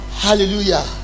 hallelujah